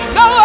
no